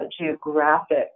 geographic